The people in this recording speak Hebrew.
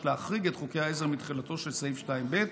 להחריג את חוקי העזר מתחולתו של סעיף 2(ב),